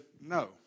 no